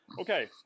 okay